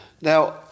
Now